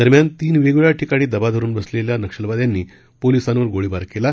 दरम्यान तीन वेगवेगळ्या ठिकाणी दबा धरुन बसलेल्या नक्षलवाद्यांनी पोलिसांवर गोळीबार केला